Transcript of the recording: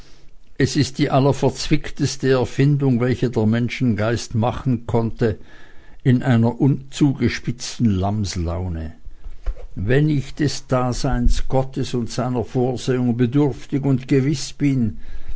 es ist die allerverzwickteste erfindung welche der menschengeist machen konnte in einer zugespitzten lammslaune wenn ich des daseins gottes und seiner vorsehung bedürftig und gewiß bin